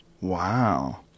Wow